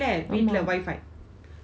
ஆமா:ama